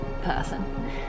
person